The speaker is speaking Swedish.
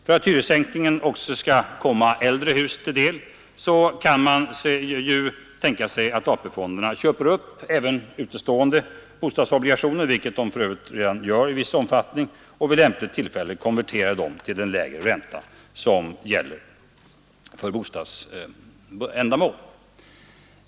För att hyressänkningen också skall komma äldre hus till del kan man tänka sig att AP-fonderna köper upp en del utestående bostadsobligationer, vilket de för övrigt redan gör i viss omfattning, och vid lämpligt tillfälle konverterar dem till den lägre ränta som gäller för bostadsändamål.